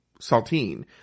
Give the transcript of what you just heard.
Saltine